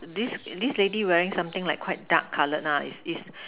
this this lady wearing something like quite dark colored lah is is